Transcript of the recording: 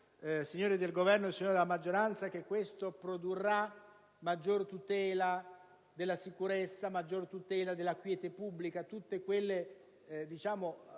signori del Governo e signori della maggioranza, che questo produrrà maggior tutela della sicurezza, maggiore tutela della quiete pubblica con riferimento